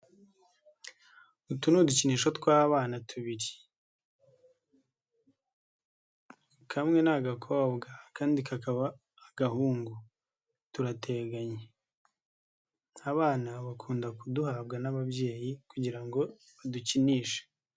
Utu ni udukinisho twabana tubiri, kamwe ni agakobwa akandi ni agahungu. Abana bakunda kuduhabwa n'ababyeyi kugira ngo badukinishe.